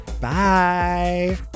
Bye